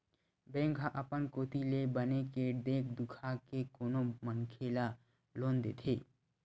bank ह अपन कोती ले बने के देख दुखा के कोनो मनखे ल लोन देथे